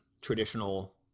traditional